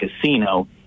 casino